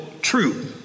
true